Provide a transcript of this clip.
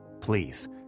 Please